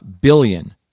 billion